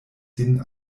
sin